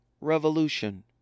revolution